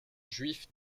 juifs